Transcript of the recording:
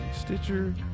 Stitcher